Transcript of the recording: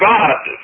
God